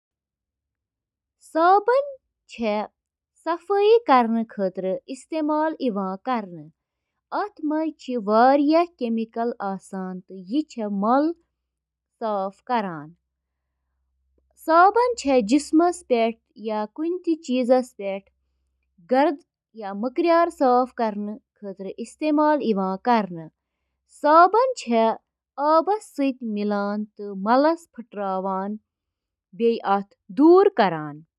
Hair dryer, چُھ اکھ electromechanical آلہ یُس نم مَس پیٹھ محیط یا گرم ہوا چُھ وایان تاکہِ مَس خۄشٕک کرنہٕ خٲطرٕ چُھ آبُک بخارات تیز گژھان۔ ڈرائر چِھ پرتھ سٹرینڈ اندر عارضی ہائیڈروجن بانڈن ہنٛز تشکیل تیز تہٕ کنٹرول کرتھ، مس ہنٛز شکل تہٕ اندازس پیٹھ بہتر کنٹرولس قٲبل بناوان۔